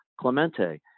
Clemente